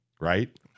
right